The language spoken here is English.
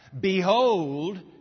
Behold